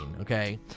okay